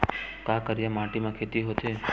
का करिया माटी म खेती होथे?